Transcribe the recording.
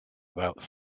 about